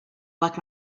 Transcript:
lock